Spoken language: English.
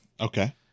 okay